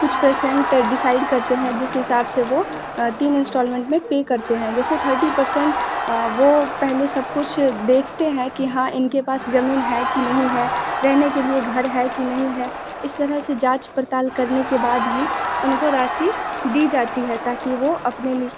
कुछ percent decide करते हैं जिस हिसाब से वो तीन इंस्टॉल्मेंड में पे करते हैं जैसे थर्टी परसेंट वो पहले सब कुछ देखते हैं कि हाँ इनके पास ज़मीन है कि नहीं है रहने के लिए घर है कि नहीं है इस तरह से जाँच पड़ताल करने के बाद ही उनको राशि दी जाती है ताकि वो अपने लि